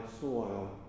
soil